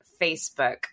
Facebook